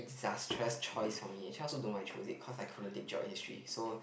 disastrous choice for me actually I also don't know why I chose it cause I couldn't take Geog and History so